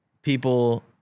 people